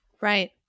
right